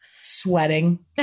Sweating